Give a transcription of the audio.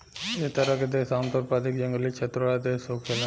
एह तरह के देश आमतौर पर अधिक जंगली क्षेत्र वाला देश होखेला